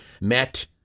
met